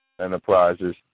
Enterprises